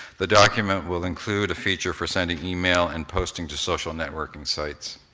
the document will include a feature for sending email and posting to social networking sites.